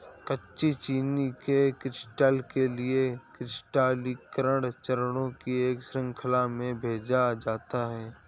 कच्ची चीनी के क्रिस्टल के लिए क्रिस्टलीकरण चरणों की एक श्रृंखला में भेजा जाता है